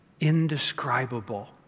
indescribable